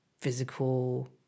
physical